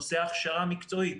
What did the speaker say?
נושא ההכשרה המקצועית,